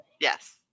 Yes